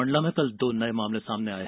मंडला में कल दो नये मामले सामने आये